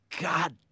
God